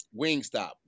Wingstop